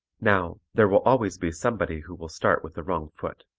now, there will always be somebody who will start with the wrong foot.